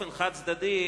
באופן חד-צדדי,